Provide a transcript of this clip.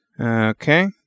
Okay